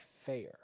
fair